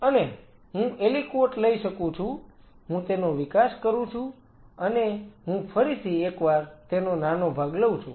અને હું એલીકવોટ લઈ શકું છું હું તેનો વિકાસ કરું છું અને હું ફરીથી એક વાર તેનો નાનો ભાગ લઉં છું